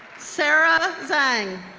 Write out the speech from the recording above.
sarah zhang,